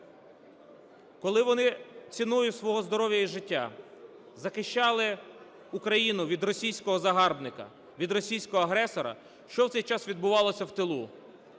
коли вони ціною свого здоров'я і життя захищали Україну від російського загарбника, від російського агресора, що в цей час відбувалося в тилу,